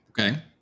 Okay